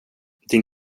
din